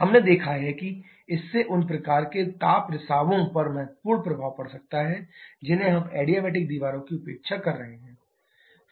हमने देखा है कि इससे उन प्रकार के ताप रिसावों पर महत्वपूर्ण प्रभाव पड़ सकता है जिन्हें हम एडियाबेटिक दीवारों की उपेक्षा कर रहे हैं